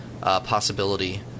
possibility